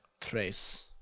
trace